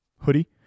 hoodie